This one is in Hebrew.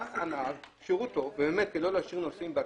בא הנהג, כשירות טוב, כדי לא להשאיר נוסעים בתחנה,